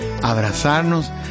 abrazarnos